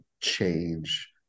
change